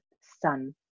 sun